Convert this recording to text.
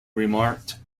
remarked